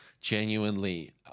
genuinely